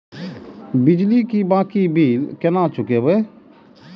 बिजली की बाकी बील केना चूकेबे?